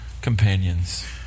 companions